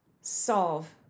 solve